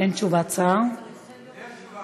אין תשובת שר, יש תשובה.